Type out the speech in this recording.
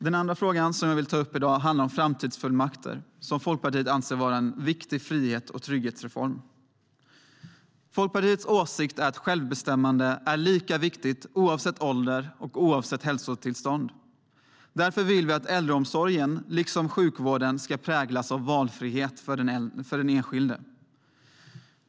Den andra fråga jag vill ta upp i dag handlar om framtidsfullmakter, som Folkpartiet anser vara en viktig frihets och trygghetsreform. Folkpartiet åsikt är att självbestämmande är lika viktigt för alla oavsett ålder och oavsett hälsotillstånd. Därför vill vi att äldreomsorgen liksom sjukvården ska präglas av valfrihet för den enskilde.